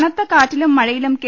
കനത്ത കാറ്റിലും മഴയിലും കെ